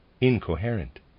incoherent